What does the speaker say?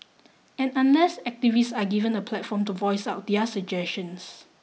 and unless activists are given a platform to voice out their suggestions